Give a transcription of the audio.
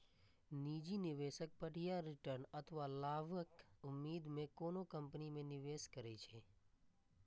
निजी निवेशक बढ़िया रिटर्न अथवा लाभक उम्मीद मे कोनो कंपनी मे निवेश करै छै